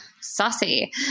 saucy